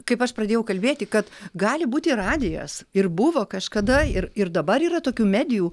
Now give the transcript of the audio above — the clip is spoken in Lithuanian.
kaip aš pradėjau kalbėti kad gali būti radijas ir buvo kažkada ir ir dabar yra tokių medijų